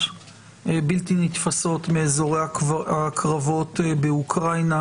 בלתי נתפסות מאזורי הקרבות באוקראינה,